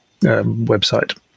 website